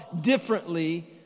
differently